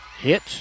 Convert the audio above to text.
hit